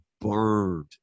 burned